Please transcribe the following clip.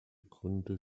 gründe